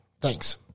Thanks